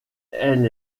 elle